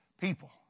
People